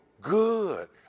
Good